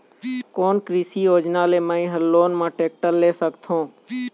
कोन कृषि योजना ले मैं हा लोन मा टेक्टर ले सकथों?